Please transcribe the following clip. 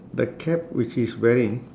the cap which he's wearing